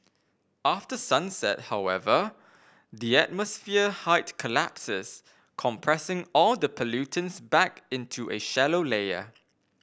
after sunset however the atmosphere height collapses compressing all the pollutants back into a shallow layer